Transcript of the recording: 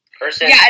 person